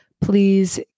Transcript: please